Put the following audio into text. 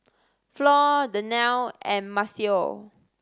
Flo Daniele and Maceo